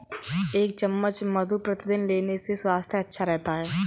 एक चम्मच मधु प्रतिदिन लेने से स्वास्थ्य अच्छा रहता है